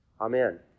Amen